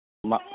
मा